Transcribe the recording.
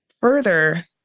Further